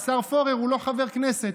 והשר פורר הוא לא חבר כנסת,